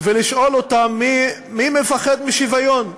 ולשאול אותם: מי מפחד משוויון?